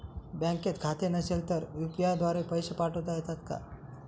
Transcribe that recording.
बँकेत खाते नसेल तर यू.पी.आय द्वारे पैसे पाठवता येतात का?